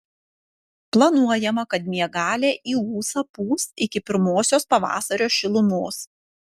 planuojama kad miegalė į ūsą pūs iki pirmosios pavasario šilumos